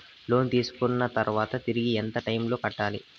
లోను తీసుకున్న తర్వాత తిరిగి ఎంత టైములో కట్టాలి